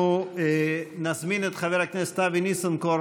אנחנו נזמין את חבר הכנסת אבי ניסנקורן,